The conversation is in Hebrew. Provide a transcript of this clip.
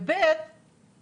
ודבר שני,